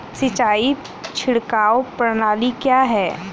सिंचाई छिड़काव प्रणाली क्या है?